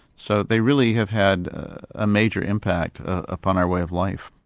so they really have had a major impact upon our way of life.